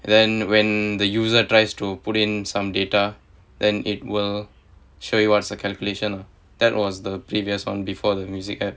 and then when the user tries to put in some data then it will show you what's the calculation lah that was the previous one before the music application